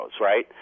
right